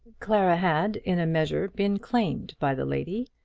clara had, in a measure, been claimed by the lady,